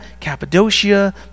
Cappadocia